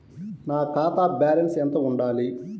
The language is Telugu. నా ఖాతా బ్యాలెన్స్ ఎంత ఉండాలి?